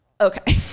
okay